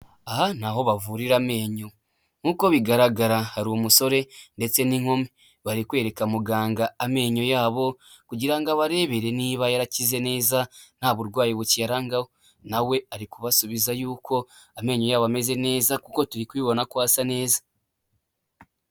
Aha ni aho bavurira amenyo, nkuko bigaragara, hari umusore ndetse n'inkumi, bari kwereka muganga amenyo yabo, kugira abarebere niba yarakize neza, nta burwayi bukiyarangwaho, nawe ari kubasubiza ko amenyo yabo ameze neza, kuko turi kubibona ko asa neza.